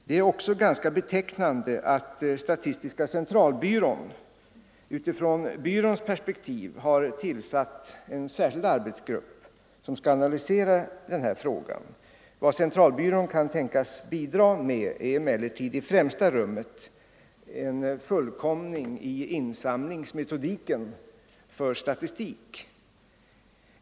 Det är ganska betecknande att statistiska centralbyrån utifrån byråns perspektiv har tillsatt en särskild arbetsgrupp som skall analysera denna fråga. Vad centralbyrån kan tänkas bidraga med är emellertid i främsta rummet en fullkomning av insamlingsmetodiken för statistik.